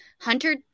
hunter